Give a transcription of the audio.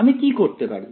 আমি কি করতে পারি